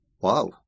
Wow